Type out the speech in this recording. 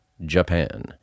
Japan